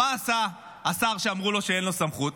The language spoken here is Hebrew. מה עושה השר שאמרו לו שאין לו סמכות?